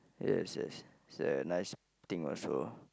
yes yes say nice think also